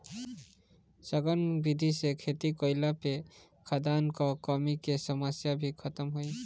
सघन विधि से खेती कईला पे खाद्यान कअ कमी के समस्या भी खतम होई